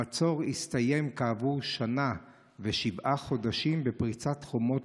המצור הסתיים כעבור שנה ושבעה חודשים בפריצת חומות